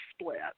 split